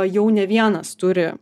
jau ne vienas turi